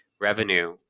revenue